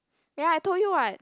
ya I told you [what]